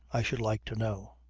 i should like to know.